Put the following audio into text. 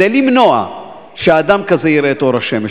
כדי למנוע שאדם כזה יראה את אור השמש.